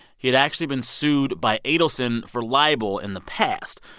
he had actually been sued by adelson for libel in the past,